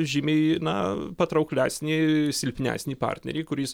žymiai na patrauklesnį silpnesnį partnerį kuris